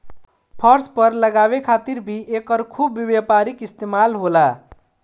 फर्श पर लगावे खातिर भी एकर खूब व्यापारिक इस्तेमाल होला